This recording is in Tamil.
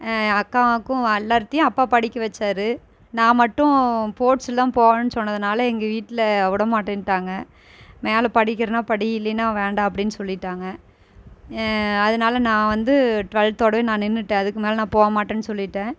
அக்காவுக்கும் எல்லார்கிட்டையும் அப்பா படிக்க வச்சார் நான் மட்டும் ஸ்போட்ஸில் தான் போவேன்னு சொன்னதுனால எங்கள் வீட்டில விட மாட்டேன்ட்டாங்க மேலே படிக்கிறதுனா படி இல்லைன்னா வேண்டாம் அப்படின்னு சொல்லிவிட்டாங்க அதனால நான் வந்து டுவெல்த்தோடவே நான் நின்றுட்டேன் அதுக்கு மேலே நான் போக மாட்டேன்னு சொல்லிவிட்டேன்